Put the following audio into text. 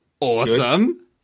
awesome